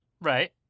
Right